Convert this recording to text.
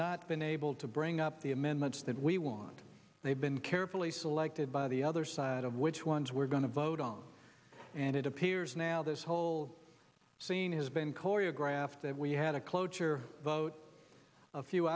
not been able to bring up the amendments that we want they've been carefully selected by the other side of which ones we're going to vote on and it appears now this whole scene has been choreographed that we had a cloture vote a few